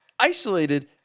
Isolated